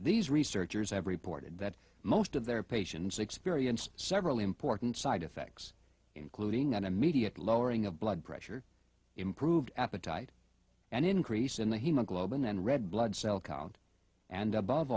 these researchers have reported that most of their patients experienced several important side effects including an immediate lowering of blood pressure improved appetite and increase in the hemoglobin and red blood cell count and above